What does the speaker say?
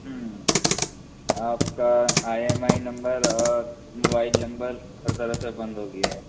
آپ کا I M I number اور موبائل نمبر ہر طرح سے بند ہوگیا ہے